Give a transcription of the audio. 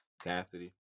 Cassidy